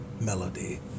melody